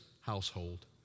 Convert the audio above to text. household